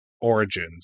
Origins